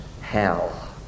hell